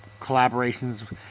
collaborations